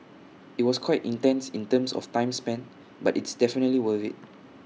IT was quite intense in terms of time spent but it's definitely worth IT